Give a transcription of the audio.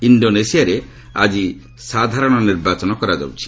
ଇଣ୍ଡୋନେସିଆରେ ଆଜି ସାଧାରଣ ନିର୍ବାଚନ କରାଯାଉଛି